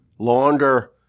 Longer